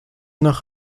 nach